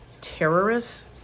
terrorists